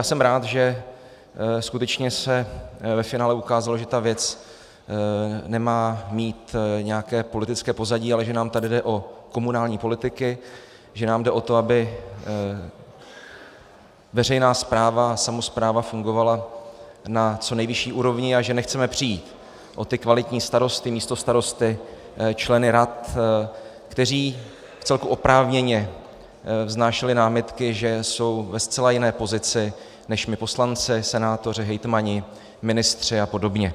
Jsem rád, že skutečně se ve finále ukázalo, že ta věc nemá mít nějaké politické pozadí, ale že nám tady jde o komunální politiky, že nám jde o to, aby veřejná správa a samospráva fungovala na co nejvyšší úrovni, a že nechceme přijít o ty kvalitní starosty, místostarosty, členy rad, kteří vcelku oprávněně vznášeli námitky, že jsou ve zcela jiné pozici než my poslanci, senátoři, hejtmani, ministři a podobně.